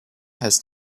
has